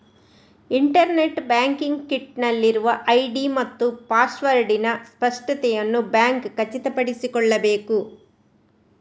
internet banking kit ನಲ್ಲಿರುವ ID ಮತ್ತು ಪಾಸ್ವರ್ಡಿನ ಸ್ಪಷ್ಟತೆಯನ್ನು ಬ್ಯಾಂಕ್ ಖಚಿತಪಡಿಸಿಕೊಳ್ಳಬೇಕು